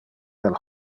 del